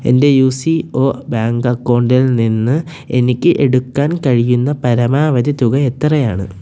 എൻ്റെ U C O bank അക്കൗണ്ടിൽ നിന്ന് എനിക്ക് എടുക്കാൻ കഴിയുന്ന പരമാവധി തുക എത്രയാണ്